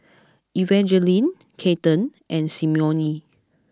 Evangeline Kaden and Simone